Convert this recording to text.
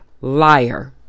Liar